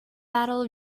battle